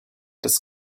des